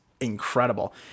incredible